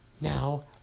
Now